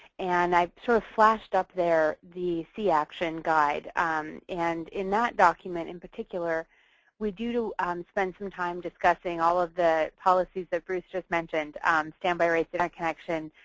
and i sort of flashed up there the c-action guide and in that document in particular we do do um spend some time discussing all of the policies that bruce just mentioned and standby rates, interconnection,